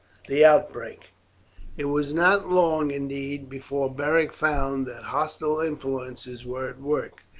the outbreak it was not long, indeed, before beric found that hostile influences were at work.